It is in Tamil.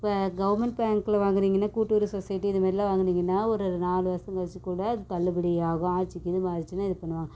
இப்போ கவர்மெண்ட் பேங்க்ல வாங்குனிங்கன்னா கூட்டுறவு சொசைட்டி இதமாதிரிலாம் வாங்குனிங்கன்னா ஒரு நாலு வருஷம் கழிச்சு கூட அது தள்ளுபடி ஆகும் ஆட்சி கீட்சி மாறுச்சின்னா இது பண்ணுவாங்க